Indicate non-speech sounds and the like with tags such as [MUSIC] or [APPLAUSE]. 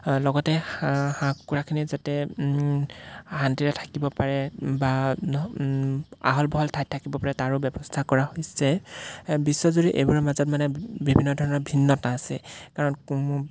লগতে হাঁহ হাঁহ কুকুৰাখিনিয়ে যাতে শান্তিৰে থাকিব পাৰে বা [UNINTELLIGIBLE] আহল বহল ঠাইত থাকিব পাৰে তাৰো ব্যৱস্থা কৰা হৈছে বিশ্বজুৰি এইবোৰৰ মাজত মানে বিভিন্ন ধৰণৰ ভিন্নতা আছে কাৰণ [UNINTELLIGIBLE]